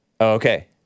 Okay